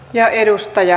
arvoisa puhemies